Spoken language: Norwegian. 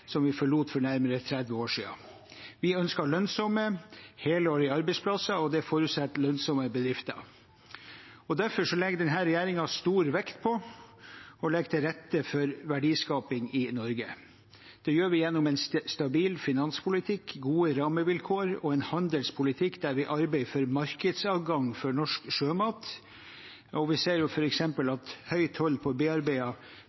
som vi forlot for nærmere 30 år siden. Vi ønsker lønnsomme, helårige arbeidsplasser, og det forutsetter lønnsomme bedrifter. Derfor legger denne regjeringen stor vekt på å legge til rette for verdiskaping i Norge. Det gjør vi gjennom en stabil finanspolitikk, gode rammevilkår og en handelspolitikk der vi arbeider for markedsadgang for norsk sjømat. Vi ser